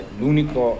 l'unico